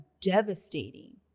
devastating